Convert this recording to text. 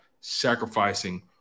sacrificing